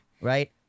right